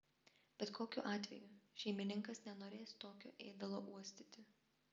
bet kokiu atveju šeimininkas nenorės tokio ėdalo uostyti